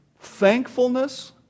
Thankfulness